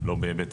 לא בהיבט